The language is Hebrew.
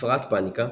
הפרעת פאניקה,